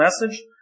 message